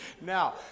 Now